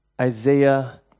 Isaiah